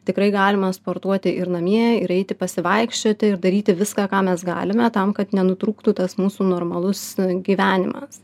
tikrai galima sportuoti ir namie ir eiti pasivaikščioti ir daryti viską ką mes galime tam kad nenutrūktų tas mūsų normalus gyvenimas